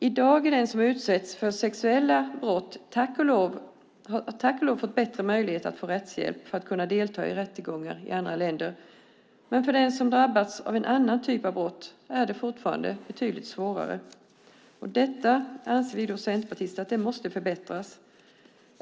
I dag har den som utsätts för sexuella brott tack och lov fått bättre möjlighet att få rättshjälp för att kunna delta i rättegångar i andra länder, men för den som drabbats av en annan typ av brott är det fortfarande betydligt svårare. Vi centerpartister anser att det måste förbättras.